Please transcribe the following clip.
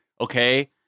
Okay